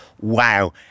wow